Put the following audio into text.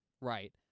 Right